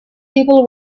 people